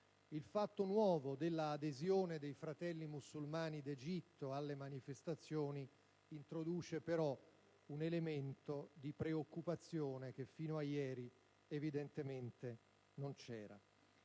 il fatto nuovo dell'adesione dei Fratelli musulmani d'Egitto alle manifestazioni introduce però un elemento di preoccupazione che fino a ieri, evidentemente, non c'era.